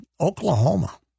Oklahoma